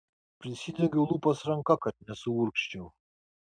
prisidengiau lūpas ranka kad nesuurgzčiau